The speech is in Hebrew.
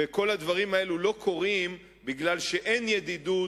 כל הדברים האלה לא קורים בגלל שאין ידידות,